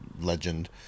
legend